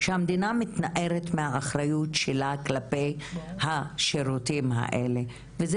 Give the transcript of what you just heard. שהמדינה מתנערת מהאחריות שלה כלפיי השירותים האלה וזה